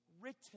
written